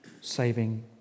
saving